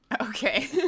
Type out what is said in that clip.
Okay